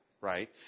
right